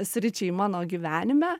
sričiai mano gyvenime